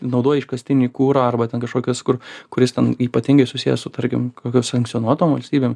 naudoji iškastinį kurą arba ten kažkokios kur kuris ten ypatingai susiję su tarkim kokiom sankcionuotom valstybėm